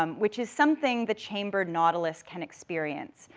um which is something the chambered nautilus can experience,